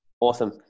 Awesome